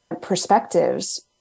perspectives